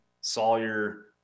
Sawyer